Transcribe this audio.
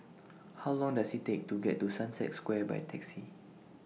How Long Does IT Take to get to Sunset Square By Taxi